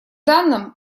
данным